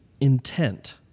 intent